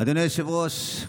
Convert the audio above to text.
אדוני היושב-ראש,